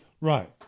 Right